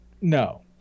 No